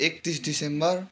एकतिस डिसेम्बर